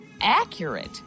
accurate